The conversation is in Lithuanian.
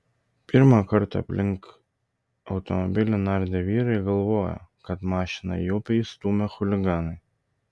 pirmą kartą aplink automobilį nardę vyrai galvojo kad mašiną į upę įstūmė chuliganai